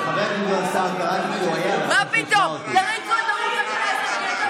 חבר'ה, זה לא משנה כמה רעש תעשו.